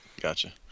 Gotcha